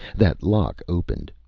that lock opened,